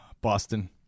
Boston